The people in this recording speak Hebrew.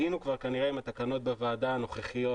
היינו כבר כנראה עם התקנות הנוכחיות בוועדה,